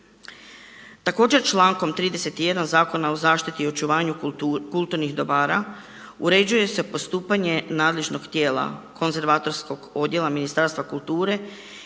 Također člankom 31. Zakona o zaštiti i očuvanju kulturnih dobara uređuje se postupanje nadležnog tijela konzervatorskog odjela Ministarstva kulture